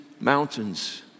mountains